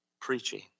Preaching